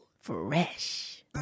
Fresh